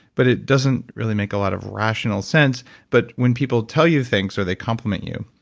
but it doesn't really make a lot of rational sense but when people tell you thanks or they compliment you,